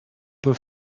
peu